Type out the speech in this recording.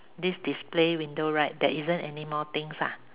this display window right there isn't any more things lah